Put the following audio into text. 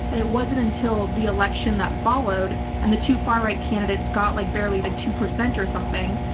and it wasn't until the election that followed and the two far right candidates got like barely like two percent or something,